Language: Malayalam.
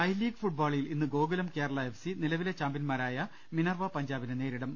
ഐ ലീഗ് ഫുട്ബോളിൽ ഇന്ന് ഗോകുലം കേരള എഫ് സി നിലവിലെ ചാമ്പ്യൻമാരായ മിനർവ പഞ്ചാ ബിനെ നേരിടും